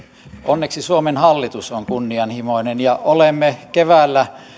onneksi suomen hallitus on kunnianhimoinen ja olemme keväällä